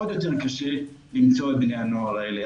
עוד יותר קשה למצוא את בני הנוער האלה.